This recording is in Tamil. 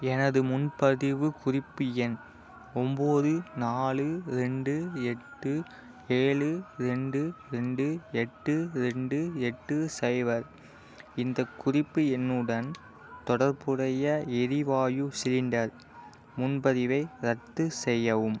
எனது முன்பதிவு குறிப்பு எண் ஒம்பது நாலு ரெண்டு எட்டு ஏழு ரெண்டு ரெண்டு எட்டு ரெண்டு எட்டு சைபர் இந்த குறிப்பு எண்ணுடன் தொடர்புடைய எரிவாயு சிலிண்டர் முன்பதிவை ரத்து செய்யவும்